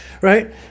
right